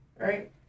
Right